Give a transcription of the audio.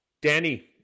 Danny